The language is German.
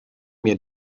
mir